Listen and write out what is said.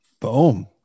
Boom